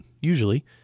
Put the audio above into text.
usually